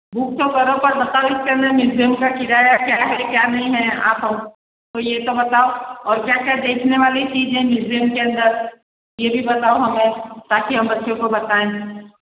book तो करो पर बताओ इसके अंदर म्यूज़ियम का किराया क्या है क्या नहीं है आप हम को ये तो बताओ और क्या क्या देखने वाली चीज है म्यूज़ियम के अंदर ये भी बताओ हमें ताकि हम बच्चों को बताएं